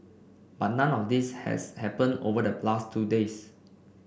but none of this has happened over the last two days